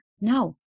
No